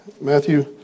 Matthew